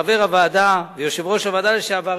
חבר הוועדה ויושב-ראש הוועדה לשעבר,